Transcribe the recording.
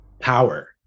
power